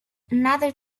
another